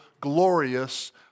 glorious